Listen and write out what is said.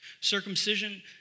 Circumcision